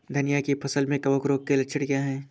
धनिया की फसल में कवक रोग के लक्षण क्या है?